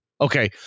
Okay